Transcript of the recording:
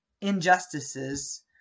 injustices